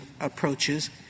approaches